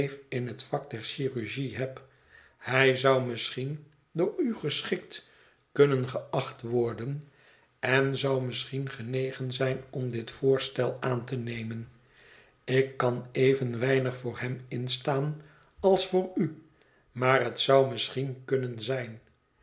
in het vak der chirurgie heb hij zou misschien door u geschikt kunnen geacht worden en zou misschien genegen zijn om dit voorstel aan te nemen ik kan even weinig voor hem instaan als voor u maar het zou misschien kunnen zijn